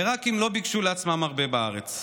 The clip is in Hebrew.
העיראקים לא ביקשו לעצמם הרבה בארץ,